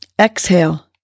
Exhale